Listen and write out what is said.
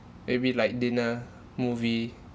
maybe like dinner movie